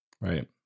right